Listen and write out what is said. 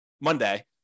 monday